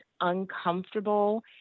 uncomfortable